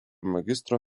magistro